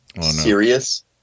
serious